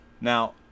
Now